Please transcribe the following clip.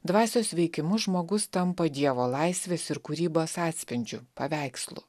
dvasios veikimu žmogus tampa dievo laisvės ir kūrybos atspindžiu paveikslu